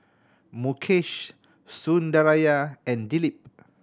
Mukesh Sundaraiah and Dilip